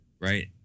Right